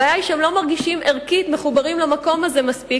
הבעיה היא שהם לא מרגישים ערכית מחוברים למקום הזה מספיק